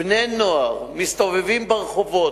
בני-נוער מסתובבים ברחובות,